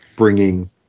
Bringing